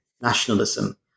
nationalism